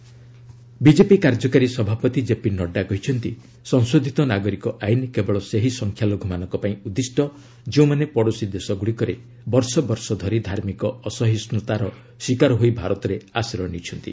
Nadda CAA BJP କାର୍ଯ୍ୟକାରୀ ସଭାପତି JP Nadda କହିଛନ୍ତି ସଂଶୋଧିତ ନାଗରିକ ଆଇନ୍ କେବଳ ସେହି ସଂଖ୍ୟାଲଘୁମାନଙ୍କ ପାଇଁ ଉଦ୍ଦିଷ୍ଟ ଯେଉଁମାନେ ପଡ଼ୋଶୀ ଦେଶଗୁଡ଼ିକରେ ବର୍ଷ ବର୍ଷ ଧରି ଧାର୍ମିକ ଅସହିଷ୍ଠତାର ଶିକାର ହୋଇ ଭାରତରେ ଆଶ୍ରୟ ନେଇଛନ୍ତି